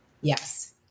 yes